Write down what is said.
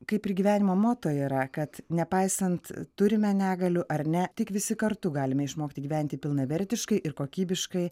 kaip ir gyvenimo moto yra kad nepaisant turime negalių ar ne tik visi kartu galime išmokti gyventi pilnavertiškai ir kokybiškai